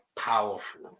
powerful